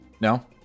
No